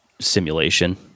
simulation